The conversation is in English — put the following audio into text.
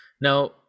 Now